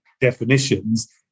definitions